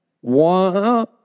One